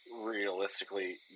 realistically